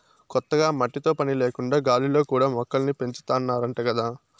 కొత్తగా మట్టితో పని లేకుండా గాలిలో కూడా మొక్కల్ని పెంచాతన్నారంట గదా